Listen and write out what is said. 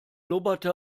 blubberte